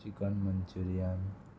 chicken manchurian